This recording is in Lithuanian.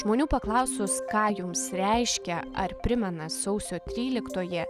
žmonių paklausus ką jums reiškia ar primena sausio tryliktoji